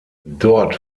dort